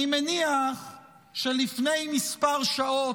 אני מניח שלפני כמה שעות,